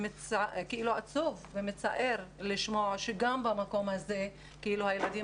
עצוב ומצער לשמוע שגם במקום הזה הילדים